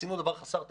עשינו דבר חסר תקדים: